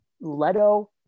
leto